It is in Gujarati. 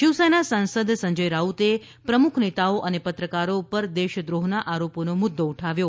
શિવસેના સાંસદ સંજય રાઉતે પ્રમુખ નેતાઓ અને પત્રકારો પર દેશક્રોહના આરોપોનો મુદ્દો ઉઠાવ્યો